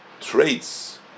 traits